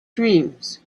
dreams